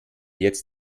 jetzt